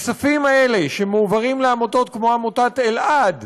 הכספים האלה מועברים לעמותות כמו עמותת אלע"ד